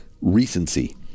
recency